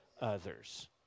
others